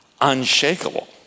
unshakable